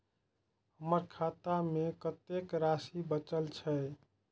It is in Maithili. हमर खाता में कतेक राशि बचल छे?